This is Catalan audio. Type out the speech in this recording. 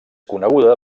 coneguda